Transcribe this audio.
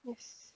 yes